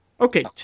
Okay